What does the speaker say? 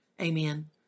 Amen